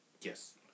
Yes